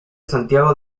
santiago